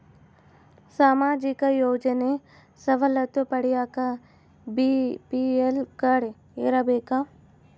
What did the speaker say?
ಸಾಮಾಜಿಕ ಯೋಜನೆ ಸವಲತ್ತು ಪಡಿಯಾಕ ಬಿ.ಪಿ.ಎಲ್ ಕಾಡ್೯ ಇರಬೇಕಾ?